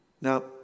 Now